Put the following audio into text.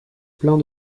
pleins